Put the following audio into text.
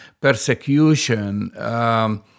persecution